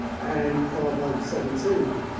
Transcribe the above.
and card vote seventeen,